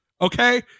Okay